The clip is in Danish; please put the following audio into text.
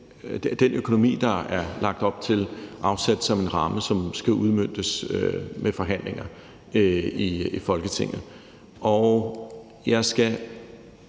den økonomi, der er lagt op til, afsat som en ramme, som skal udmøntes med forhandlinger i Folketinget,